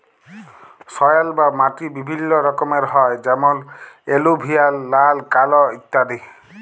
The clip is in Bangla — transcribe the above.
সয়েল বা মাটি বিভিল্য রকমের হ্যয় যেমন এলুভিয়াল, লাল, কাল ইত্যাদি